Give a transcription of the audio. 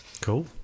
Cool